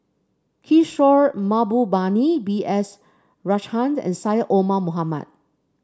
Kishore Mahbubani B S Rajhans and Syed Omar Mohamed